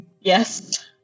Yes